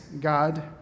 God